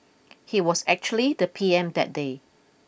he was actually the P M that day